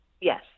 Yes